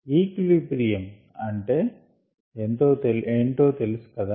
equilibrium అంటే ఎంతో తెలుసు కదా